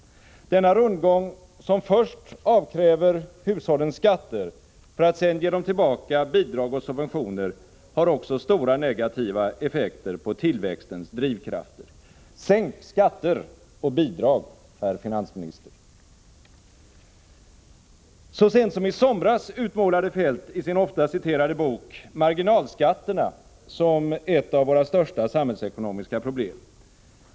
Denna rundgång, som först avkräver hushållen skatter för att sedan ge dem tillbaka bidrag och subventioner, har också stora negativa effekter på tillväxtens drivkrafter. Sänk skatter och bidrag, herr finansminister! Så sent som i somras utmålade Feldt i sin ofta citerade bok marginalskatterna som ett av våra största samhällsekonomiska problem.